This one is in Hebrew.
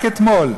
רק אתמול,